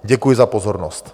Děkuji za pozornost.